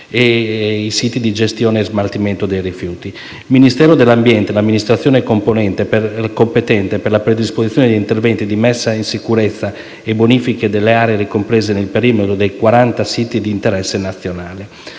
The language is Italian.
e i siti di gestione e smaltimento dei rifiuti. Il Ministero dell'ambiente è l'amministrazione competente per la predisposizione degli interventi di messa in sicurezza e bonifica delle aree ricomprese nel perimetro dei quaranta siti di interesse nazionale.